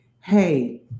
hey